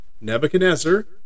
Nebuchadnezzar